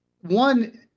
One